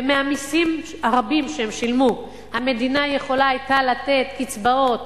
ומהמסים הרבים שהם שילמו המדינה היתה יכולה לתת קצבאות